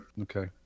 Okay